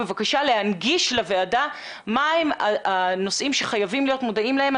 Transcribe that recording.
בבקשה להנגיש לוועדה מהם הנושאים שחייבים להיות מודעים להם.